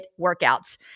workouts